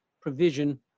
provision